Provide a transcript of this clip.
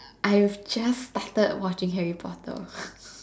I have just started watching Harry Potter